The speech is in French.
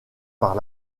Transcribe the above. par